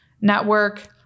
network